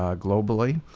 ah globally,